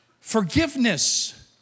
forgiveness